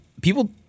people –